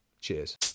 cheers